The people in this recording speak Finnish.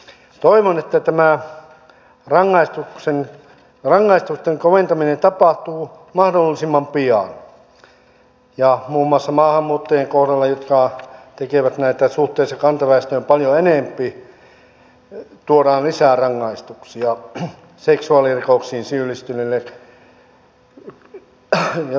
toivon että tämä rangaistusten koventaminen tapahtuu mahdollisimman pian ja muun muassa maahanmuuttajien kohdalla jotka tekevät näitä suhteessa kantaväestöön paljon enempi tuodaan lisää rangaistuksia seksuaalirikoksiin syyllistyneille